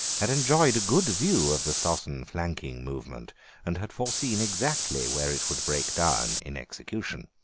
had enjoyed a good view of the stossen flanking movement and had foreseen exactly where it would break down in execution.